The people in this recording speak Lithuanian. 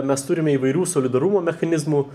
mes turime įvairių solidarumo mechanizmų